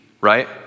right